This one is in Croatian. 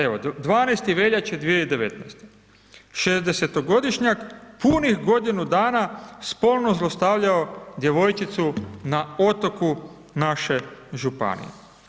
Evo, 12. veljače 2019. 60.-godišnjak punih godinu dana spolno zlostavljamo djevojčicu na otoku naše županije.